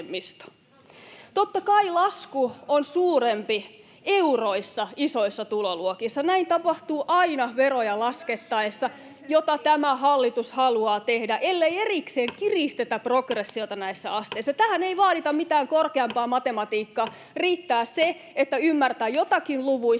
Totta kai lasku on suurempi euroissa isoissa tuloluokissa, näin tapahtuu aina veroja laskettaessa, [Anne Kalmari: Myös suhteellisesti!] mitä tämä hallitus haluaa tehdä, ellei erikseen kiristetä progressiota näissä asteissa. Tähän ei vaadita mitään korkeampaa matematiikkaa, riittää se, että ymmärtää jotakin luvuista